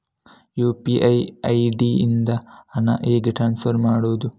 UPI ID ಇಂದ ಹಣ ಹೇಗೆ ಟ್ರಾನ್ಸ್ಫರ್ ಮಾಡುದು?